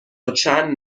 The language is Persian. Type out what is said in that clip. چند